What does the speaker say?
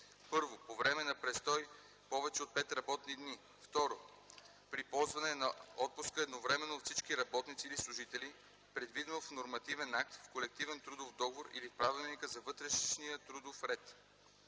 1. по време на престой повече от 5 работни дни; 2. при ползване на отпуска едновременно от всички работници или служители, предвидено в нормативен акт, в колективен трудов договор или в правилника за вътрешния трудов ред;